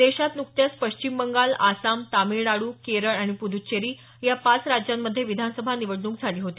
देशात नुकत्याच पश्चिम बंगाल आसाम तामिळनाडू केरळ आणि पुद्रच्चेरी या पाच राज्यांमध्ये विधानसभा निवडणूक झाली होती